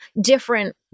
different